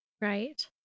Right